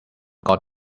got